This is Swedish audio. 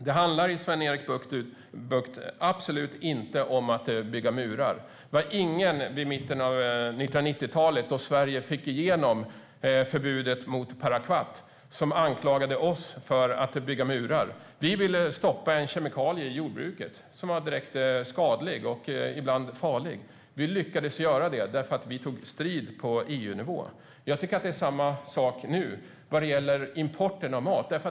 Det handlar, Sven-Erik Bucht, absolut inte om att bygga murar. Det var ingen vid mitten av 1990-talet, då Sverige fick igenom förbudet mot parakvat, som anklagade oss för att bygga murar. Vi ville stoppa en kemikalie i jordbruket som var direkt skadlig och ibland farlig. Vi lyckades göra det, därför att vi tog strid på EU-nivå. Jag tycker att det är samma sak nu vad gäller importen av mat.